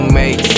make